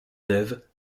neuve